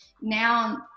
now